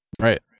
Right